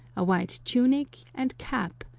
a white tunic and cap,